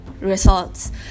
results